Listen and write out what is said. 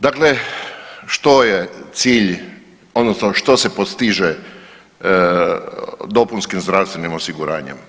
Dakle, što je cilj odnosno što se postiže dopunskim zdravstvenim osiguranjem?